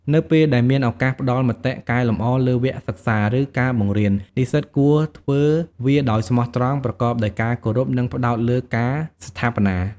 នៅពេលដែលមានឱកាសផ្តល់មតិកែលម្អលើវគ្គសិក្សា ឬការបង្រៀន និស្សិតគួរធ្វើវាដោយស្មោះត្រង់ ប្រកបដោយការគោរព និងផ្តោតលើការស្ថាបនា។